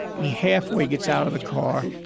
and he halfway gets out of the car.